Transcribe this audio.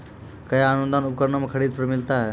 कया अनुदान उपकरणों के खरीद पर मिलता है?